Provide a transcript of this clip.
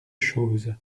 chose